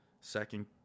second